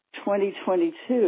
2022